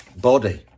body